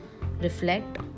reflect